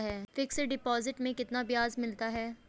Fix deposit में कितना ब्याज मिलता है?